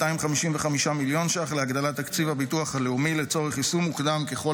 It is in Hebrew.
255 מיליון ש"ח להגדלת תקציב הביטוח הלאומי לצורך יישום מוקדם ככל